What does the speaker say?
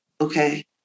Okay